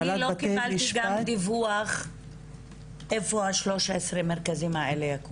אני לא קיבלתי דיווח איפה יקומו 13 המרכזים האלה.